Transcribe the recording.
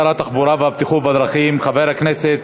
שר התחבורה והבטיחות בדרכים חבר הכנסת